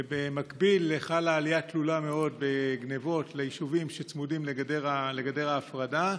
ובמקביל חלה עלייה תלולה מאוד בגנבות מהיישובים שצמודים לגדר ההפרדה,